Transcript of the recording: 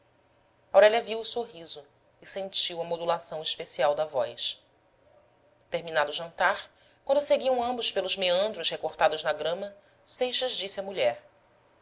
aurélia viu o sorriso e sentiu a modulação especial da voz terminado o jantar quando seguiam ambos pelos meandros recortados na grama seixas disse à mulher